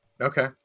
Okay